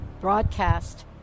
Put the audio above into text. broadcast